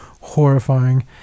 horrifying